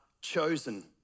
chosen